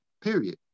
period